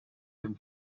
him